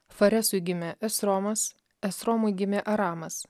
faresui gimė esromas esromui gimė aramas